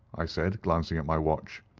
i said, glancing at my watch.